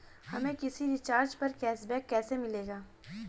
हमें किसी रिचार्ज पर कैशबैक कैसे मिलेगा?